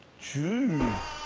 jude.